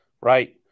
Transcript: Right